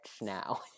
now